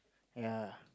ya